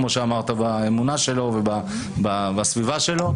האמונה שלו והסביבה שלו,